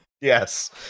Yes